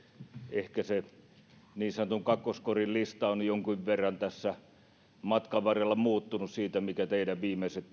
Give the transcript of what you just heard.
ehkä sen niin sanotun kakkoskorin lista on jonkin verran tässä matkan varrella muuttunut siitä mitkä teidän viimeiset